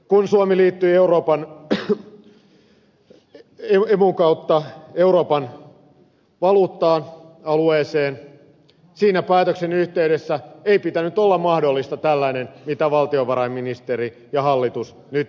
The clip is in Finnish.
kun suomi liittyi emun kautta euroopan valuutta alueeseen siinä päätöksen yhteydessä ei pitänyt olla mahdollista tällainen mitä valtiovarainministeri ja hallitus nyt esittävät